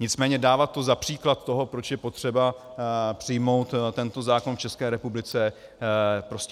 Nicméně dávat to za příklad toho, proč je potřeba přijmout tento zákon v České republice,